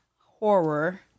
horror